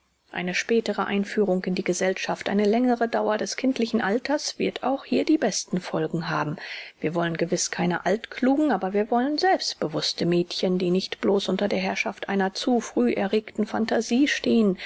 eine spätere einführung in die gesellschaft eine längere dauer des kindlichen alters wird auch hier die besten folgen haben wir wollen gewiß keine altklugen aber wir wollen selbstbewußte mädchen die nicht bloß unter der herrschaft einer zu früh erregten phantasie stehen